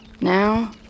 Now